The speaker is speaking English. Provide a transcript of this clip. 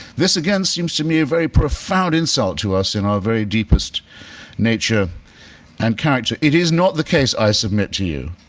this, again, seems to me a very profound insult to us in our very deepest nature and character. it is not the case, i submit to you,